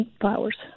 flowers